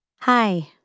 Hi